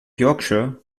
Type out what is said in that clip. yorkshire